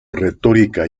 retórica